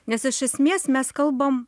nes iš esmės mes kalbam